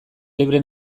libre